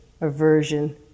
aversion